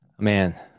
man